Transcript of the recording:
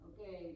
Okay